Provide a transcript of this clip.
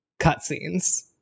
cutscenes